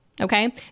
Okay